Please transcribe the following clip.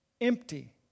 empty